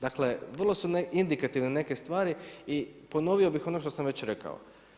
Dakle, vrlo su indikativne neke stvari i ponovio bi ono što sam već rekao.